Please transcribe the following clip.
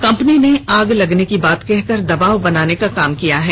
company ने आग लगने की बात कहकर दबाव बनाने का काम किया है